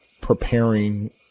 preparing